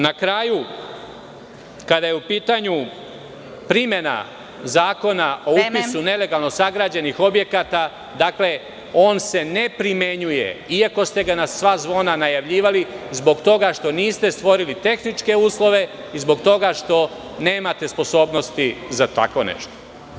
Na kraju, kada je u pitanju primena Zakona o upisu nelegalno sagrađenih objekata, dakle, on se ne primenjuje iako ste ga na sva zvona najavljivali, zbog toga što niste stvorili tehničke uslove i zbog toga što nemate sposobnosti za tako nešto.